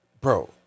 Bro